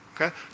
okay